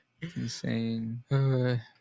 Insane